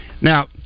Now